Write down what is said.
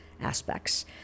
aspects